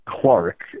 Clark